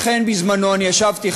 לכן בזמני ישבתי,